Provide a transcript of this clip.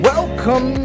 Welcome